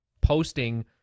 posting